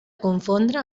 confondre